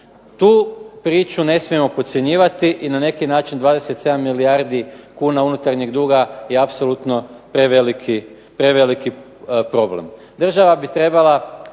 Tu priču ne smijemo podcjenjivati i na neki način 27 milijardi kuna unutarnjeg duga je apsolutno preveliki problem.